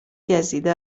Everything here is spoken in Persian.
گزیده